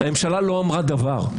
הממשלה לא אמרה דבר.